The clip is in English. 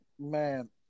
man